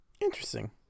interesting